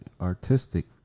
artistic